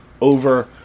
over